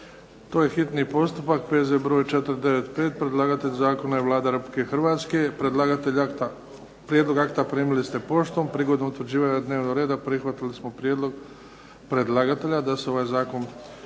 prvo i drugo čitanje, P.Z. br. 495 Predlagatelj zakona je Vlada Republike Hrvatske. Prijedlog akta primili ste poštom. Prigodom utvrđivanja dnevnog reda prihvatili smo prijedlog predlagatelja da se ovaj zakon